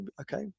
okay